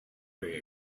very